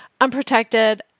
unprotected